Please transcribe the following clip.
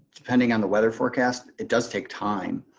depending on the weather forecast, it does take time.